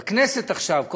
נותנים לי בכנסת עכשיו,